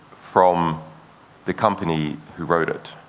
from the company who wrote it,